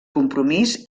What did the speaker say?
compromís